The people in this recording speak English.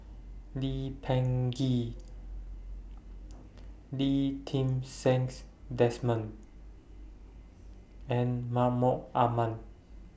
Lee Peh Gee Lee Ti Seng's Desmond and Mahmud Ahmad